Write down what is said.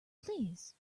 please